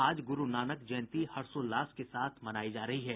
आज गुरू नानक जयंती हर्षोल्लास के साथ मनाई जा रही है